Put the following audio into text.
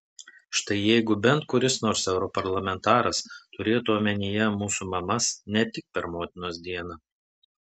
štai jeigu bent kuris nors europarlamentaras turėtų omenyje mūsų mamas ne tik per motinos dieną